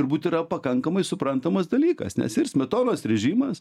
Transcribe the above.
turbūt yra pakankamai suprantamas dalykas nes ir smetonos režimas